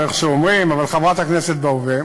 או איך שאומרים, אבל חברת הכנסת בהווה,